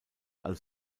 als